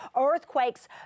earthquakes